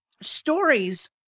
Stories